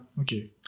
okay